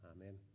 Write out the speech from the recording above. Amen